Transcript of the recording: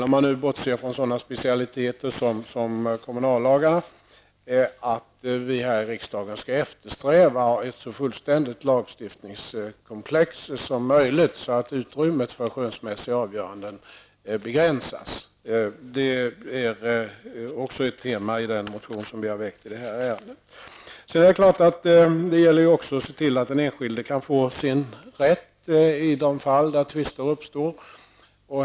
Om man bortser från sådana specialiteter som kommunallagarna, tycker jag för min del att vi här i riksdagen skall eftersträva ett så fullständigt lagstiftningskomplex som möjligt så att utrymmet för skönsmässiga avgöranden begränsas. Det är också ett tema i den motion som vi har väckt i det här ärendet. Men det gäller naturligtvis också att se till att den enskilde kan få sin rätt prövad i de fall där tvister uppstår.